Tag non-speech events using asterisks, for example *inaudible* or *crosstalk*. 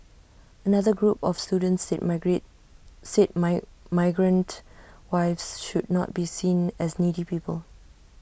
another group of students said *unintelligible* said might migrant wives should not be seen as needy people